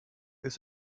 ist